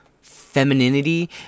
femininity